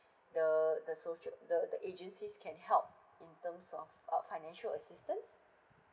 the the social the the agencies can help in terms of uh financial assistance